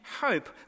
hope